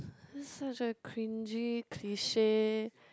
it's such a cringy cliche